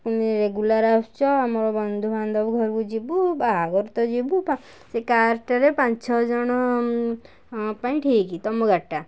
ପୁଣି ରେଗୁଲାର୍ ଆସୁଛ ଆମର ବନ୍ଧୁବାନ୍ଧବ ଘରକୁ ଯିବୁ ବାହାଘରକୁ ତ ଯିବୁ ସେ କାର୍ଟାରେ ପାଞ୍ଚ ଛଅଜଣ ପାଇଁ ଠିକ୍ ତୁମ ଗାଡ଼ିଟା